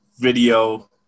video